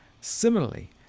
Similarly